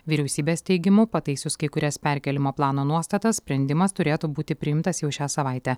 vyriausybės teigimu pataisius kai kurias perkėlimo plano nuostatas sprendimas turėtų būti priimtas jau šią savaitę